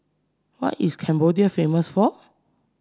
what is Cambodia famous for